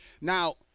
Now